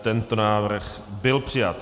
Tento návrh byl přijat.